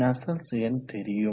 நஸ்சல்ட்ஸ் எண் தெரியும்